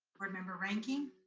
board member reinking.